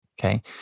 Okay